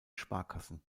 sparkassen